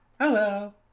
Hello